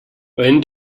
when